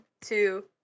two